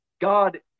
God